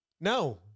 No